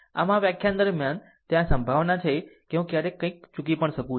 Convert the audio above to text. આમ આ વ્યાખ્યાન દરમિયાન ત્યાં કોઈ સંભાવના છે કે હું ક્યારેક કંઈક ચૂકી પણ શકું છું